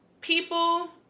People